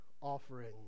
offering